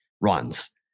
runs